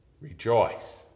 Rejoice